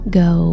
go